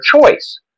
choice